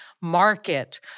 market